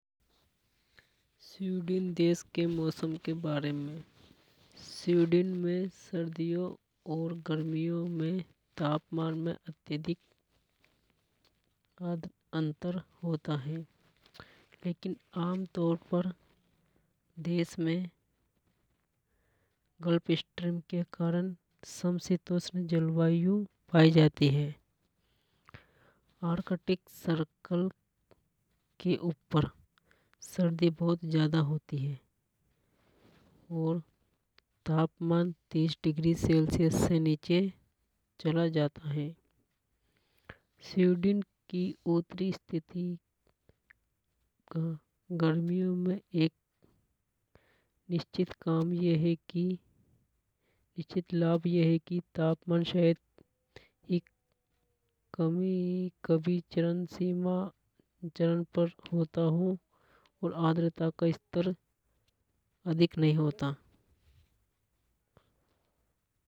स्वीडिल देश के मौसम के बारे में स्वीडिल में सर्दियों और गर्मियां में तापमान में अत्यधिक अंतर होता है। लेकिन आमतौर पर देश में के कारण समशीतोष्ण जलवायु पाई जाती हे आर्कटिक सर्कल के ऊपर सर्दी बहुत ज्यादा होती है। और तापमान तीस डिग्री सेल्सियस से नीचे चला जाता हे स्वीडिन कि उतरी स्थिति का गर्मियों में एक निश्चित काम यह हे कि निश्चित लाभ यह हे कि तापमान शायद कमी-कभी चरम सीमा पर होता हो। और आद्रता का स्तर अधिक नहीं होता।